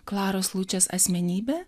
klaros lučės asmenybė